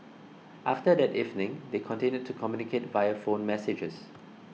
after that evening they continued to communicate via phone messages